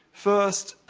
first,